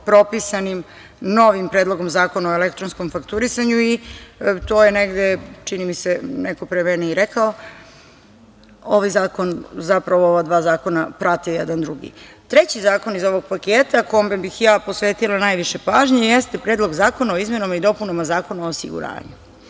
propisanim novim predlogom Zakona o elektronskom fakturisanju i to je negde, čini mi se, neko pre mene i rekao, ovaj zakon zapravo, ova dva zakona prate jedan drugi. Treći zakon iz ovog paketa kome bih ja posvetila najviše pažnje jeste Predlog zakona o izmenama i dopunama Zakona o osiguranju.